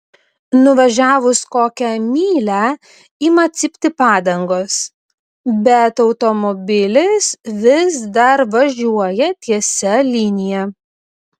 nuvažiavus kokią mylią ima cypti padangos bet automobilis vis dar važiuoja tiesia linija